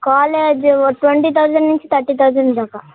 college ఓ twenty thousand నుంచి thirty thousand దాకా